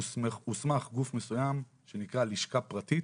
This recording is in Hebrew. הוסמך גוף מסוים שנקרא לשכה פרטית